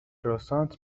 کروسانت